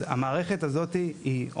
אז המערכת הזאת היא,